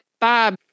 Bob